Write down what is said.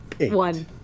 one